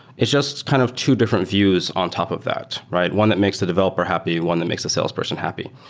it's just kind of two different views on top of that, right? one that makes the developer happy. one that makes the salesperson happy.